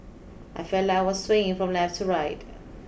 I felt like I was swaying from left to right